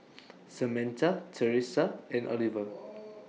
Samantha Thresa and Oliver